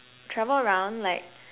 travel around like